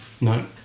No